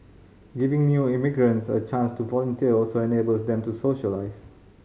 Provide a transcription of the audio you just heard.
giving new immigrants a chance to volunteer also enables them to socialise